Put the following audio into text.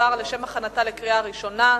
התש"ע 2010,